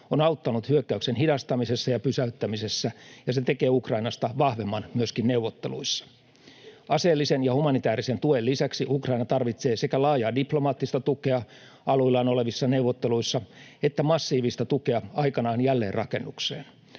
on auttanut hyökkäyksen hidastamisessa ja pysäyttämisessä, ja se tekee Ukrainasta vahvemman myöskin neuvotteluissa. Aseellisen ja humanitäärisen tuen lisäksi Ukraina tarvitsee sekä laajaa diplomaattista tukea aluillaan olevissa neuvotteluissa että massiivista tukea aikanaan jälleenrakennukseen.